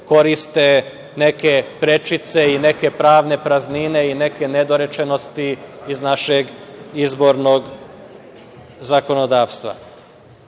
koriste neke prečice i neke pravne praznine i neke nedorečenosti iz našeg izbornog zakonodavstva. Da